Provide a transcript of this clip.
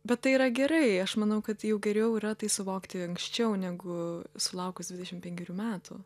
bet tai yra gerai aš manau kad jau geriau yra tai suvokti anksčiau negu sulaukus dvidešim penkerių metų